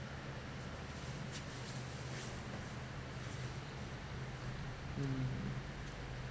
mm